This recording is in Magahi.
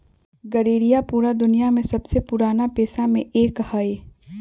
गरेड़िया पूरा दुनिया के सबसे पुराना पेशा में से एक हई